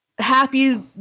happy